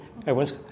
everyone's